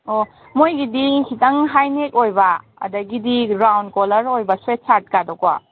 ꯑꯣ ꯃꯣꯏꯒꯤꯗꯤ ꯈꯤꯇꯪ ꯍꯥꯏ ꯅꯦꯛ ꯑꯣꯏꯕ ꯑꯗꯒꯤꯗꯤ ꯔꯥꯎꯟ ꯀꯣꯂꯔ ꯑꯣꯏꯕ ꯁ꯭ꯋꯦꯠ ꯁꯥꯔꯠꯀꯥꯗꯣꯀꯣ